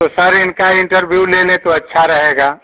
तो सर इनका इंटरव्यू ले लें तो अच्छा रहेगा